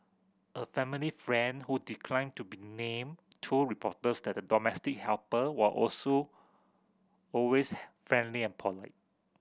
a family friend who declined to be named told reporters that the domestic helper were also always friendly and polite